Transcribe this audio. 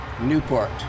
Newport